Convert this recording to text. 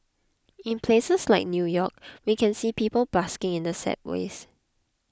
in places like New York we can see people busking in the ways